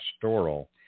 pastoral